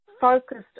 focused